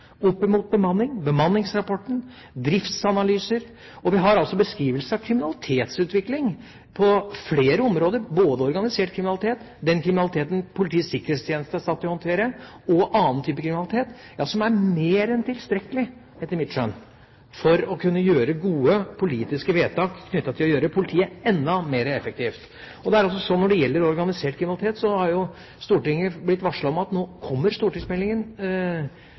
bemanning – bemanningsrapporten og driftsanalyser. Vi har beskrivelser av kriminalitetsutviklingen på flere områder, både organisert kriminalitet, den kriminaliteten Politiet sikkerhetstjeneste skal håndtere og annen type kriminalitet, som er mer enn tilstrekkelig, etter mitt skjønn, for å kunne fatte gode politiske vedtak knyttet til å gjøre politiet enda mer effektivt. Det er også slik når det gjelder organisert kriminalitet, at Stortinget har blitt varslet om at nå kommer